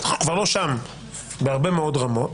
אנחנו כבר לא שם בהרבה מאוד רמות.